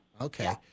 Okay